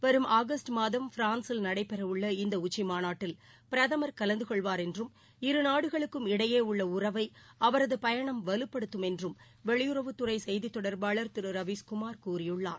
வரும் ஆகஸ்ட் மாதம் பிரான்ஸில் நடைபெறவுள்ள இந்தஉச்சிமாநாட்டில் பிரதமர் கலந்துகொள்வார் நாடுகளுக்கும் இடையேஉள்ளஉறவைஅவரதுபயணம் வலுப்படுத்தும் என்றும் என்றும் இரு வெளியுறவுத்துறைசெய்திதொடர்பாளர் திருரவீஸ்குமார் கூறியுள்ளார்